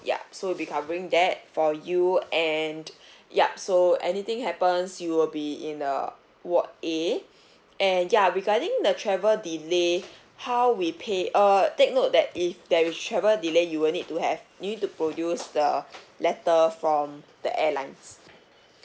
ya so we will be covering that for you and ya so anything happens you will be in the ward A and ya regarding the travel delay how we pay err take note that if there is travel delay you will need to have you need to produce the letter from the airlines